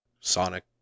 Sonic